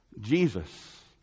Jesus